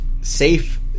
Safe